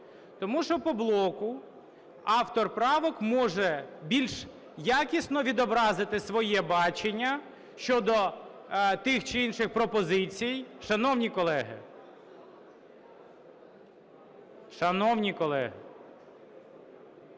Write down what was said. Тому що по блоку автор правок може більш якісно відобразити своє бачення щодо тих чи інших пропозицій. Шановні колеги!